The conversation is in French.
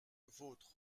vôtre